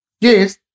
Yes